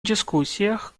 дискуссиях